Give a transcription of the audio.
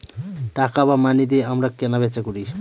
টাকা বা মানি দিয়ে আমরা কেনা বেচা করি